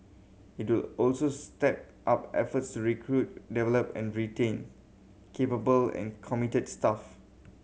it will also step up efforts recruit develop and retain capable and committed staff